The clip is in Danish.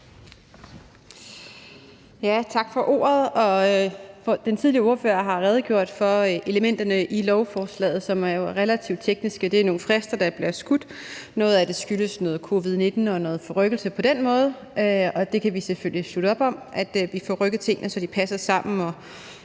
Tak for ordet. Den tidligere ordfører har redegjort for elementerne i lovforslaget, som jo er relativt tekniske. Det er nogle frister, der bliver skudt ud. Noget af det skyldes noget covid-19 og noget, der rykkes på den måde, og vi kan selvfølgelig slutte op om, at vi får rykket tingene, så de passer sammen,